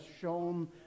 shown